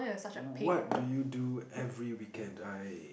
what do you do every weekend I